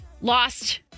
lost